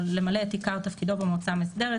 למלא את עיקר תפקידו במועצה המאסדרת.